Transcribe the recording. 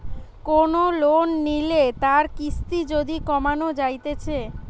কোন লোন লিলে তার কিস্তি যদি কমানো যাইতেছে